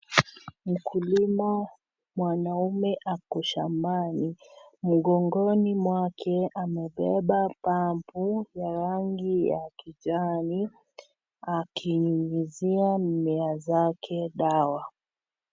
Mkulima mwanaume ako shambani. Mgongoni mwake amebeba pampu ya rangi ya kijani akinyunyizia mimea wake dawa.